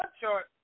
chart